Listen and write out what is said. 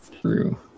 true